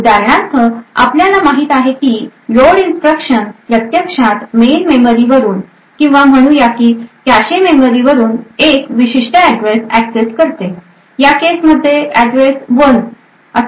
उदाहरणार्थ आम्हाला माहित आहे की लोड इंस्ट्रक्शन प्रत्यक्षात मेन मेमरी वरून किंवा म्हणूया की कॅशे मेमरीवरून एक विशिष्ट एड्रेस एक्सेस करते या केस मध्ये एड्रेस 1